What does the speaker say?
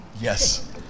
Yes